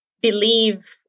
believe